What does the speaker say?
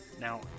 Now